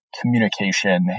communication